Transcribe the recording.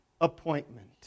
appointment